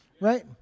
right